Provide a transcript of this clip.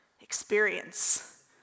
experience